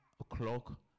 o'clock